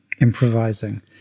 improvising